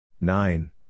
Nine